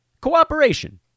cooperation